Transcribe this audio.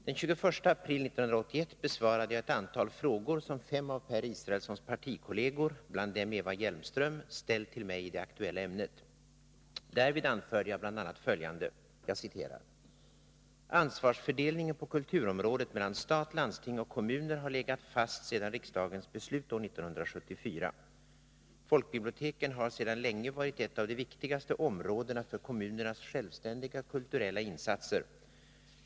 Den 21 april 1981 besvarade jag ett antal frågor som fem av Per Israelssons partikolleger, bland dem Eva Hjelmström, ställt till mig i det aktuella ämnet. Därvid anförde jag bl.a. följande: ”Ansvarsfördelningen på kulturområdet mellan stat, landsting och kommuner har legat fast sedan riksdagens beslut år 1974. Folkbiblioteken har sedan länge varit ett av de viktigaste områdena för kommunernas självständiga kulturella insatser.